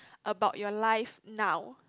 about your life now